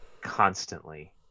constantly